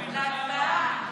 להצבעה.